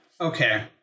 Okay